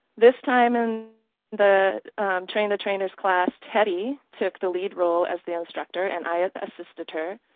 this time in the train the trainers class teddy took the lead role as the instructor and i assisted her.